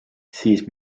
siis